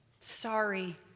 Sorry